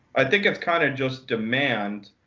i think it's kind of just demand.